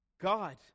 God